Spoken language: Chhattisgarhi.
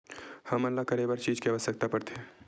हमन ला करे बर का चीज के आवश्कता परथे?